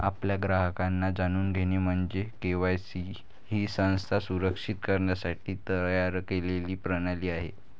आपल्या ग्राहकांना जाणून घेणे म्हणजे के.वाय.सी ही संस्था सुरक्षित करण्यासाठी तयार केलेली प्रणाली आहे